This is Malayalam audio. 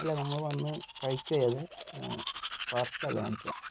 അല്ല നമ്മൾ വന്ന് കഴിക്കുവാണ് ചെയ്തത് പാർസൽ അല്ല വാങ്ങിച്ചത്